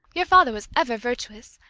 your father was ever virtuous,